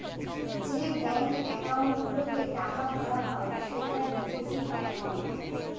যে bank account গুলোতে টাকা ভরা হয় সেটা ডিপোজিট একাউন্ট